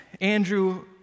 Andrew